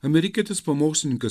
amerikietis pamokslininkas